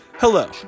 Hello